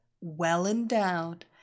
well-endowed